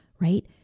right